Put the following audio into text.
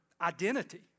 identity